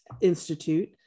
institute